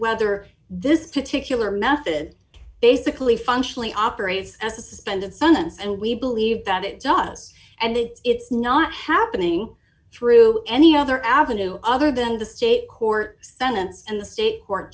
whether this particular method basically functionally operates as a suspended sentence and we believe that it does and it's not happening through any other avenue other than the state court sentence and the state court